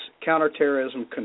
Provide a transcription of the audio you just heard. counterterrorism